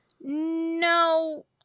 No